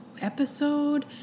episode